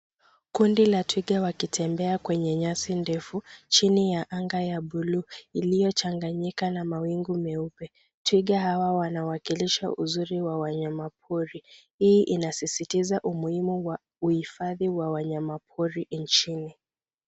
Kundi la twinga wakitembea kwenye nyasi ndefu chini ya anga ya buluu iliyochnganyika na mawingu meupe. twiga hawa wanawakilisha uzuri wa wanyama pori. Hii inasisitiza umuhimu wa uhifadhi wa wanyama pori nchini.